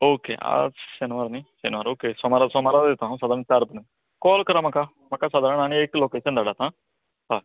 okay आज शेनवार न्ही शेनवार ओके सोमारा सोमारात येता हांव सादाराण चार मेरेन काॅल करात म्हाका सादारण आनी एक लोकेशन धाडात हां हां